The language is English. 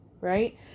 right